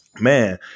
man